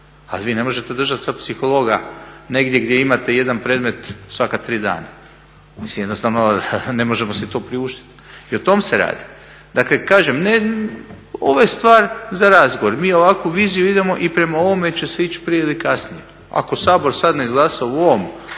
Ali vi ne možete držati sad psihologa negdje gdje imate 1 predmet svaka tri dana. Mislim jednostavno ne možemo si to priuštiti. I o tome se radi. Dakle kažem, ovo je stvar za razgovor. Mi u ovakvu viziju idemo i prema ovome će se ići prije ili kasnije. Ako Sabor sad ne izglasa u ovom